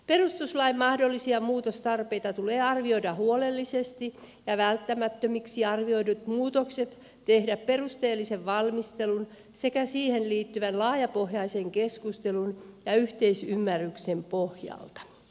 perustuslain mahdollisia muutostarpeita tulee arvioida huolellisesti ja välttämättömiksi arvioidut muutokset tehdä perusteellisen valmistelun sekä siihen liittyvän laajapohjaisen keskustelun ja yhteisymmärryksen pohjalta